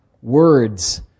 words